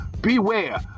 Beware